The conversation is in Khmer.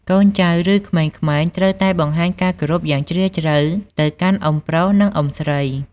កូនចៅ ឬក្មេងៗ ត្រូវតែបង្ហាញការគោរពយ៉ាងជ្រាលជ្រៅទៅកាន់អ៊ុំប្រុស និង អ៊ុំស្រី។